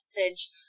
message